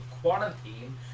quarantine